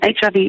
HIV